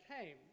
came